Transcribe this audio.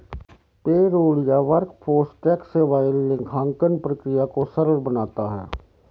payroll या workforce tax सेवाएं लेखांकन प्रक्रिया को सरल बनाता है